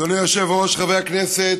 אדוני היושב-ראש, חברי הכנסת,